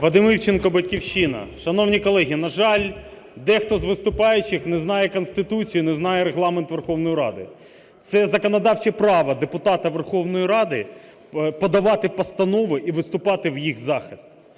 Вадим Івченко, "Батьківщина". Шановні колеги, на жаль, дехто з виступаючих не знає Конституцію і не знає Регламент Верховної Ради. Це законодавче право депутата Верховної Ради подавати постанови і виступати в їх захист.